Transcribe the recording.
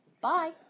Bye